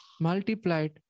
multiplied